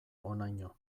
honaino